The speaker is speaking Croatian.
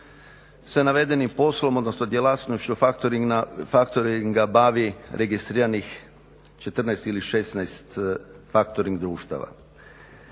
sa navedenim poslom odnosno djelatnošću factoringa bavi registriranih 14 ili 16 factoring društava.